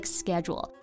schedule